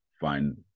find